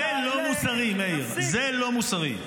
זה לא מוסרי, מאיר, זה לא מוסרי.